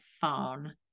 phone